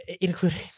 including